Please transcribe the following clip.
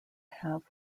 have